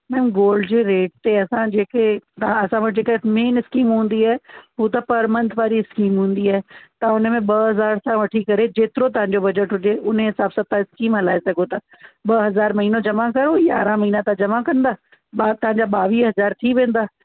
न गोल्ड जे रेट ते असां जेके असां वटि जेका मेन स्कीम हूंदी आहे हू त पर मंथ पर स्कीम हूंदी आहे त हुनमें ॿ हज़ार सां वठी करे जेतिरो तव्हां जो बजट हुजे उने हिसाब तव्हां स्कीम हलाए सघो था ॿ हज़ार महिनो जमा कयो यारहं महिना तव्हां जमा कंदा ॿ तव्हां जा ॿावीह हज़ार थी वेंदा